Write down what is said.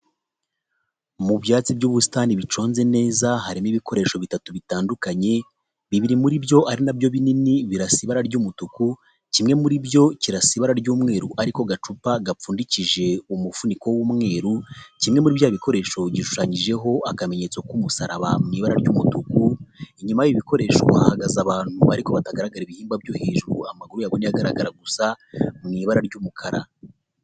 Mu byatsi by'ubusitani biconze neza harimo ibikoresho bitatu bitandukanye, bibiri muri byo ari nabyo binini birasa ibara ry'umutuku, kimwe muri byo kirasa ibara ry'umweru ariko gacupa gapfundikije umufuniko w'umweru, kimwe muri bya bikoresho gishushanyijeho akamenyetso k'umusaraba mw'ibara ry'umutuku, inyuma y'ibikoresho hahagaze abantu ariko batagaragara ibihimba byo hejuru, amaguru yabo Niyo agaragara gusa mu ibara ry'umukara.